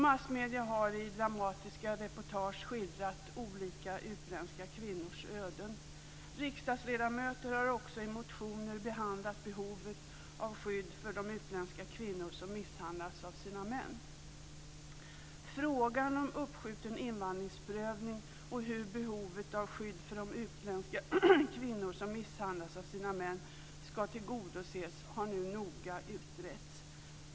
Massmedierna har i dramatiska reportage skildrat olika utländska kvinnors öden. Riksdagsledamöter har också i motioner behandlat behovet av skydd för de utländska kvinnor som misshandlas av sina män. Frågan om uppskjuten invandringsprövning och hur behovet av skydd för de utländska kvinnor som misshandlas av sina män ska tillgodoses har nu noga utretts.